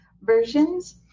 versions